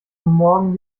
morgen